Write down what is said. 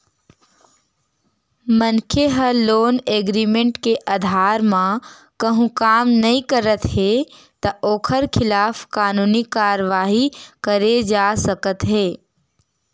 मनखे ह loan agreement के अधार म कहूँ काम नइ करत हे त ओखर खिलाफ कानूनी कारवाही करे जा सकत हे